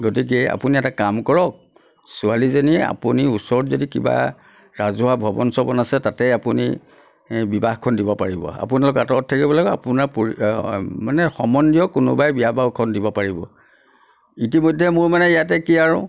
গতিকে আপুনি এটা কাম কৰক ছোৱালীজনী আপুনি ওচৰত যদি কিবা ৰাজহুৱা ভৱন চৱন আছে তাতে আপুনি বিবাহখন দিব পাৰিব আপোনালোক আতঁৰত থাকিব লাগে আপোনাৰ পৰি মানে সম্বন্ধীয় কোনোবাই বিয়া বাৰুখন দিব পাৰিব ইতিমধ্যে মোৰ মানে ইয়াতে কি আৰু